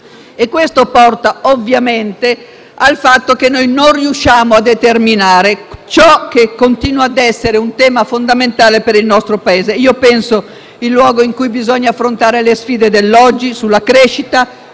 Ciò porta, ovviamente, alla conseguenza che non riusciamo a determinare ciò che continua a essere un tema fondamentale per il nostro Paese. L'Europa è il luogo in cui bisogna affrontare le sfide dell'oggi sulla crescita,